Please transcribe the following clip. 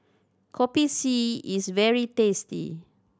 Kopi C is very tasty